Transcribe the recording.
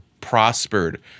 prospered